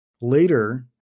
later